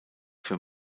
für